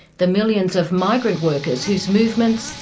the millions of migrant workers whose movements,